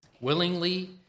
willingly